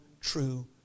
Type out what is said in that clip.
true